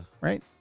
Right